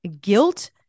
guilt